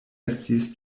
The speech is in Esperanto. estis